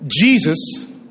Jesus